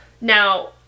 Now